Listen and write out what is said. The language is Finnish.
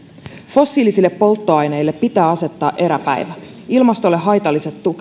fossiilisille polttoaineille pitää asettaa eräpäivä ilmastolle haitalliset